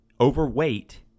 overweight